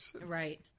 Right